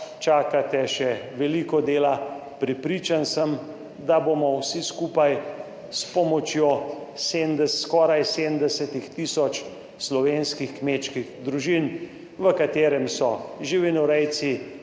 čaka te še veliko dela. Prepričan sem, da bomo vsi skupaj s pomočjo skoraj 7.0000 slovenskih kmečkih družin, v katerem so živinorejci,